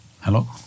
Hello